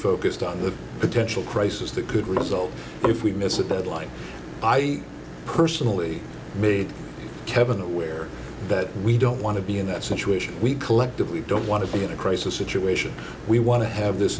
focused on the potential crisis that could result if we miss a deadline i personally made kevin aware that we don't want to be in that situation we collectively don't want to be in a crisis situation we want to have this